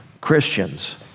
Christians